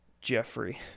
Jeffrey